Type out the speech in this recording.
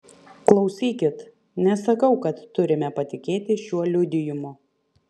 klausykit nesakau kad turime patikėti šiuo liudijimu